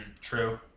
True